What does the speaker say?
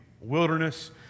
Wilderness